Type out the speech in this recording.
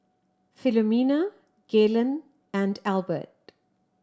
Philomena Galen and Albert